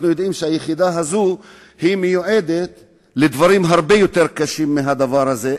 אנחנו יודעים שהיחידה הזאת מיועדת לדברים הרבה יותר קשים מהדבר הזה.